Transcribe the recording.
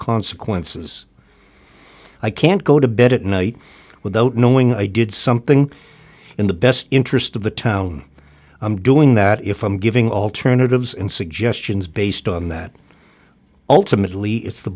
consequences i can't go to bed at night without knowing i did something in the best interest of the town i'm doing that if i'm giving alternatives and suggestions based on that ultimately it's the